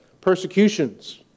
persecutions